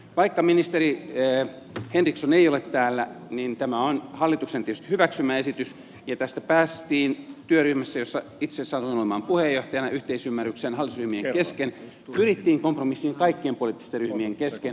vaikka ministeri henriksson ei ole täällä niin tämä on hallituksen tietysti hyväksymä esitys ja tästä päästiin työryhmässä jossa itse satun olemaan puheenjohtajana yhteisymmärrykseen hallitusryhmien kesken pyrittiin kompromissiin kaikkien poliittisten ryhmien kesken